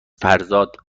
فرزاد